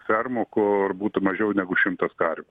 fermų kur būtų mažiau negu šimtas karvių